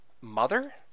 mother